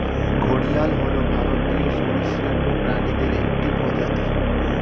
ঘড়িয়াল হল ভারতীয় সরীসৃপ প্রাণীদের একটি প্রজাতি